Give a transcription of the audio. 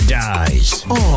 dies